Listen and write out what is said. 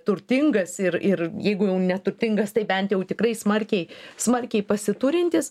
turtingas ir ir jeigu jau neturtingas tai bent jau tikrai smarkiai smarkiai pasiturintis